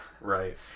right